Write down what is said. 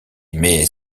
mais